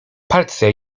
palce